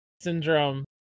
syndrome